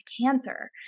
cancer